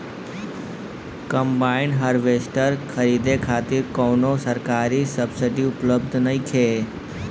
Combine harvester खरीदे खातिर कउनो सरकारी सब्सीडी उपलब्ध नइखे?